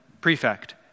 prefect